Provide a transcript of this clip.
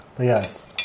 Yes